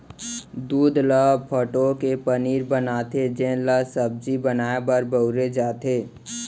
दूद ल फटो के पनीर बनाथे जेन ल सब्जी बनाए बर बउरे जाथे